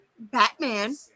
Batman